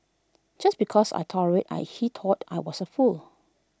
just because I tolerated I he thought I was A fool